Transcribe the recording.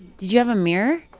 did you have a mirror?